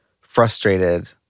frustrated